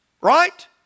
right